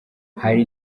hari